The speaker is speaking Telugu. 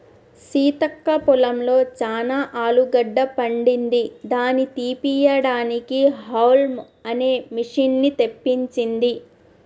సీతక్క పొలంలో చానా ఆలుగడ్డ పండింది దాని తీపియడానికి హౌల్మ్ అనే మిషిన్ని తెప్పించింది